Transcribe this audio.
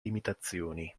limitazioni